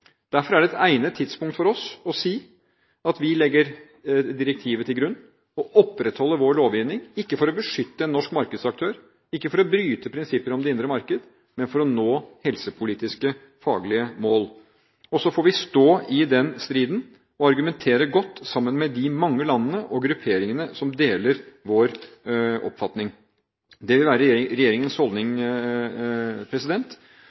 Derfor er det et egnet tidspunkt for oss å si at vi legger direktivet til grunn og opprettholder vår lovgivning – ikke for å beskytte en norsk markedsaktør, ikke for å bryte prinsipper om det indre marked, men for å nå helsepolitiske faglige mål. Og så får vi stå i den striden og argumentere godt sammen med de mange landene og grupperingene som deler vår oppfatning. Det vil være regjeringens holdning.